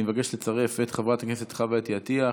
אני מבקש לצרף את חברת הכנסת חוה אתי עטייה,